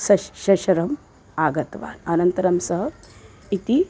सश् श शरम् आगतवान् अनन्तरं सः इति